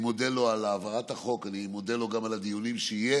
אני מודה לו על העברת החוק ואני מודה לו גם על הדיונים שיהיו.